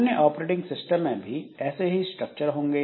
अन्य operating system में भी ऐसे ही स्ट्रक्चर होंगे